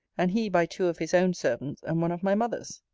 and he by two of his own servants, and one of my mother's.